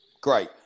great